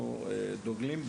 דוגלים,